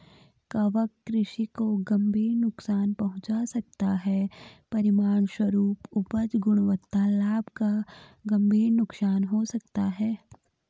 कवक कृषि को गंभीर नुकसान पहुंचा सकता है, परिणामस्वरूप उपज, गुणवत्ता, लाभ का गंभीर नुकसान हो सकता है